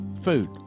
food